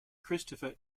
christopher